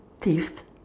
thrift